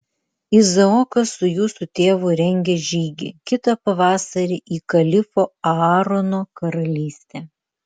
izaokas su jūsų tėvu rengia žygį kitą pavasarį į kalifo aarono karalystę